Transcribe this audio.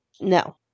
No